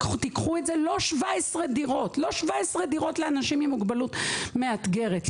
קחו את זה לא ל-17 דירות לאנשים עם מוגבלות מאתגרת,